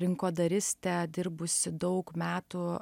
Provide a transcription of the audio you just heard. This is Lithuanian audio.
rinkodaristė dirbusi daug metų